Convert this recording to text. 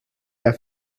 der